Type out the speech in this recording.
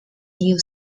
you